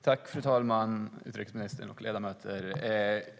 Fru talman, utrikesministern och ledamöter!